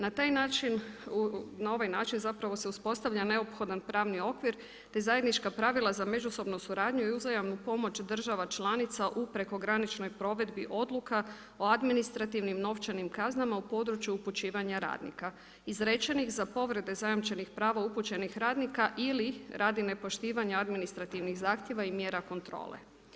Na taj način, na ovaj način se uspostavlja neophodni pravni okvir te zajednička pravila za međusobnu suradnju i uzajamnu pomoć država članica u preko graničnoj provedbi odluka o administrativnim novčanim kaznama u području upućivanju radnika izrečenih za povrede zajamčenih prava upućenih radnika ili radi nepoštivanja administrativnih zahtjeva i mjera kontrole.